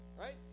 right